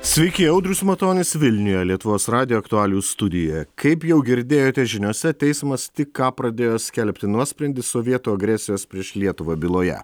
sveiki audrius matonis vilniuje lietuvos radijo aktualijų studija kaip jau girdėjote žiniose teismas tik ką pradėjo skelbti nuosprendį sovietų agresijos prieš lietuvą byloje